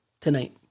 tonight